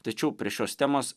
tačiau prie šios temos